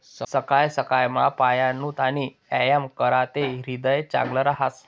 सकाय सकायमा पयनूत आणि यायाम कराते ह्रीदय चांगलं रहास